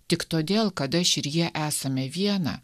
tik todėl kad aš ir jie esame viena